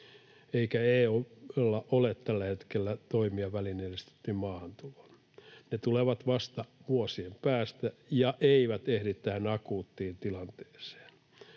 eikä EU:lla ole tällä hetkellä toimia välineellistettyyn maahantuloon. Ne tulevat vasta vuosien päästä ja eivät ehdi tähän akuuttiin tilanteeseen.